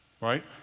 right